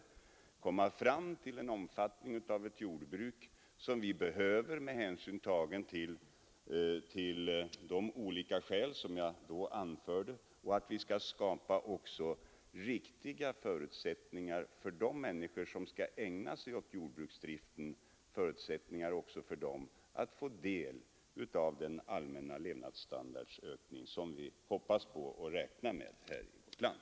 Min mening är att vi skall försöka upprätthålla ett jordbruk som vi behöver med hänsyn till dessa olika faktorer och att vi också skall skapa förutsättningar för att de människor som ägnar sig åt jordbruksdriften får del av den allmänna ökning av levnadsstandarden som vi hoppas på och räknar med i vårt land.